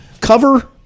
cover